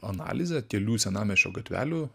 analizę kelių senamiesčio gatvelių